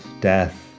death